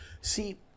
See